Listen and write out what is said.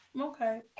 Okay